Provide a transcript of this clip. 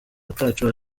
ataco